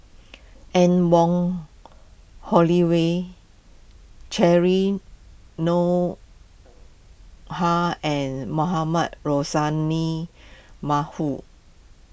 Anne Wong Holloway Cheryl and Mohamed Rozani